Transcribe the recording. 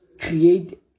create